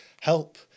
help